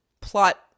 plot